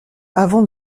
avant